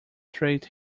treat